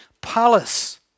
palace